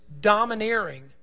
domineering